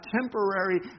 temporary